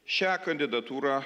šią kandidatūrą